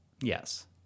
yes